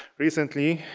recently,